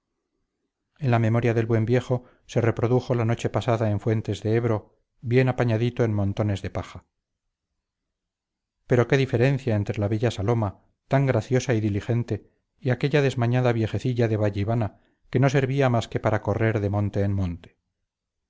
en la memoria del buen viejo se reprodujo la noche pasada en fuentes de ebro bien apañadito en montones de paja pero qué diferencia entre la bella saloma tan graciosa y diligente y aquella desmañada viejecilla de vallivana que no servía más que para correr de monte en monte